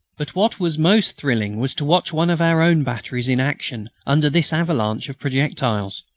but what was most thrilling was to watch one of our own batteries in action under this avalanche of projectiles.